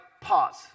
pause